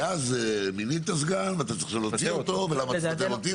כי אז מינית סגן ואתה צריך עכשיו להוציא אותו ולמה תפטר אותי?